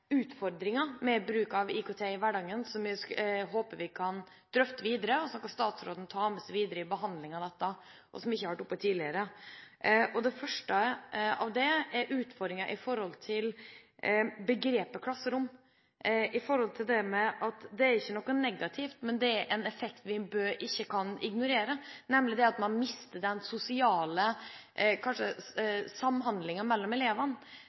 utfordringer ved bruk av IKT i hverdagen, som jeg håper vi kan drøfte videre, som statsråden kan ta med seg videre i behandlingen av dette, og som ikke har vært oppe tidligere. Det første er utfordringen i forhold til dagens oppfatning av begrepet «klasserom». Det er ikke noe negativt, men det at du mister den sosiale samhandlingen mellom elevene, er en effekt vi ikke kan ignorere. Vi vet at